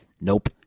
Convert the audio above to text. nope